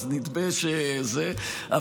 אז נדמה שזה זה.